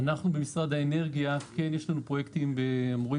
אנחנו במשרד האנרגיה כן יש לנו פרויקטים ואמורים